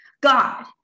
God